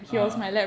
uh